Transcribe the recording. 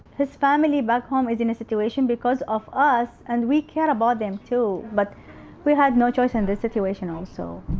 his family back home was in a situation because of us and we care about them too. but we had no choice in this situation also.